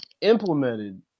implemented